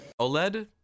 OLED